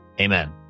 Amen